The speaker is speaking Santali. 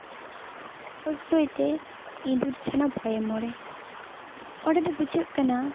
ᱦᱚᱥᱥᱳᱭᱤᱛᱮ ᱤᱸᱫᱩᱨ ᱪᱷᱟᱱᱟ ᱵᱷᱚᱭᱮ ᱢᱚᱨᱮ ᱚᱸᱰᱮ ᱫᱚ ᱵᱩᱡᱷᱟᱹᱜ ᱠᱟᱱᱟ